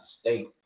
state